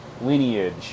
lineage